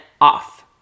off